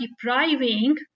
depriving